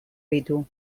ditu